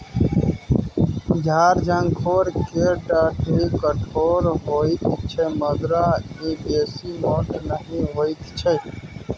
झार झंखोर केर डाढ़ि कठोर होइत छै मुदा ई बेसी मोट नहि होइत छै